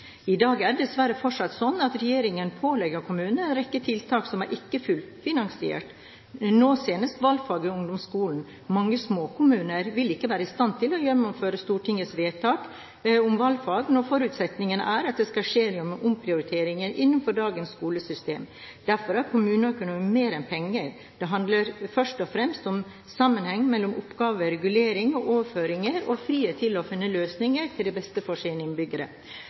I dag er det dessverre fortsatt slik at regjeringen pålegger kommunene en rekke tiltak som ikke er fullfinansiert, nå senest valgfag i ungdomsskolen. Mange småkommuner vil ikke være i stand til å gjennomføre Stortingets vedtak om valgfag, når forutsetningen er at det skal skje gjennom omprioriteringer innenfor dagens skolesystem. Derfor er kommuneøkonomi mer enn penger. Det handler først og fremst om sammenheng mellom oppgaver, reguleringer og overføringer, og frihet til å finne løsninger til det beste for sine innbyggere.